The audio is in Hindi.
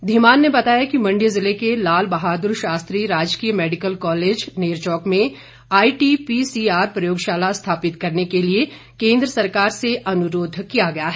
धीमान ने बताया कि मंडी ज़िले के लाल बहादुर शास्त्री राजकीय मैडिकल कॉलेज नेरचौक में आरटीपीसीआर प्रयोगशाला स्थापित करने के लिए केंद्र सरकार से अनुरोध किया गया है